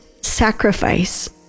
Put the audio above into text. sacrifice